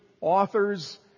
authors